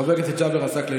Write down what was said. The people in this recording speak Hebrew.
חבר הכנסת ג'אבר עסאקלה,